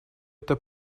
это